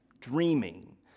dreaming